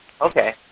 Okay